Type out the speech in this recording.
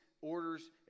orders